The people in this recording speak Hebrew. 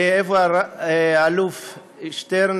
איפה האלוף שטרן?